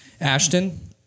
Ashton